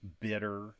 bitter